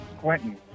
Quentin